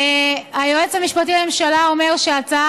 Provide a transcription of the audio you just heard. היועץ המשפטי לממשלה אומר שההצעה,